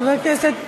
חבר הכנסת אגבאריה,